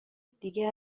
دیگه